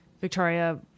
Victoria